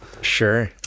sure